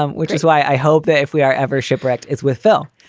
um which is why i hope that if we are ever shipwrecked, it's with phil.